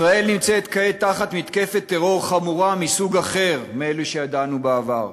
ישראל נמצאת כעת תחת מתקפת טרור חמורה מסוג אחר מאלה שידענו בעבר.